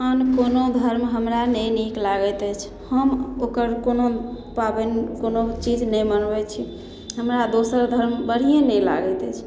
आन कोनो घरमे हमरा नहि नीक लागैत अछि हम ओकर कोनो पाबनि कोनो चीज नहि मनबै छी हमरा दोसर घरमे बढ़िये नहि लागैत अछि